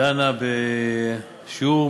שדנות בשיעור